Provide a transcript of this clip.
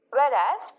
whereas